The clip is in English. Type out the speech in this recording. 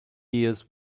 years